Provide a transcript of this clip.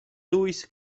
louis